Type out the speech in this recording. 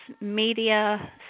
media